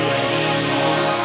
anymore